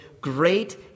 great